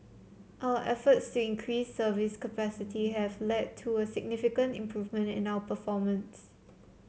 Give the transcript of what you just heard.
our efforts increase service capacity have led to a significant improvement in our performance